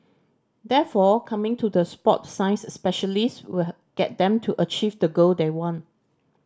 therefore coming to the sport science specialist will get them to achieve the goal they want